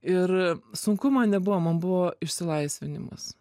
ir sunku man nebuvo man buvo išsilaisvinimas